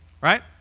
right